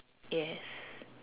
yes